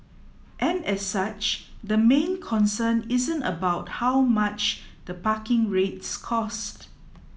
and as such the main concern isn't about how much the parking rates cost